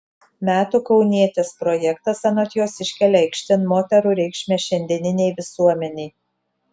metų kaunietės projektas anot jos iškelia aikštėn moterų reikšmę šiandieninei visuomenei